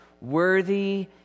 worthy